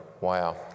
wow